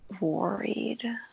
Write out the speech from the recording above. worried